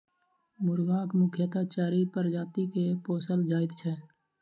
मुर्गाक मुख्यतः चारि प्रजाति के पोसल जाइत छै